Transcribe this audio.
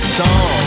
song